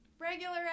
regular